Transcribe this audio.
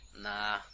Nah